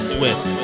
Swift